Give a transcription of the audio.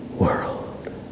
world